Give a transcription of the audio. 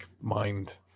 mind